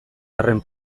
arren